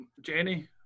Jenny